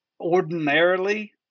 Ordinarily